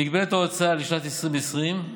מגבלת ההוצאה לשנת 2020,